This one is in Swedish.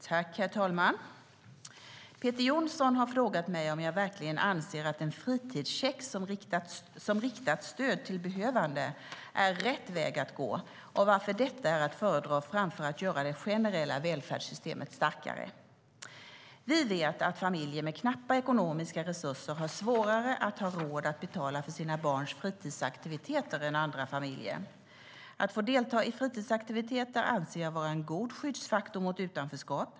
Herr talman! Peter Johnsson har frågat mig om jag verkligen anser att en fritidscheck som riktat stöd till behövande är rätt väg att gå och varför detta är att föredra framför att göra det generella välfärdssystemet starkare. Vi vet att familjer med knappa ekonomiska resurser har svårare att ha råd att betala för sina barns fritidsaktiviteter än andra familjer. Att få delta i fritidsaktiviteter anser jag vara en god skyddsfaktor mot utanförskap.